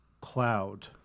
cloud